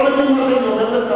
לא מוותר על זכות השיבה.